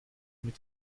mit